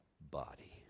body